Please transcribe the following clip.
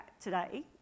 today